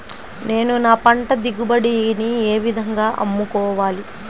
నేను నా పంట దిగుబడిని ఏ విధంగా అమ్ముకోవాలి?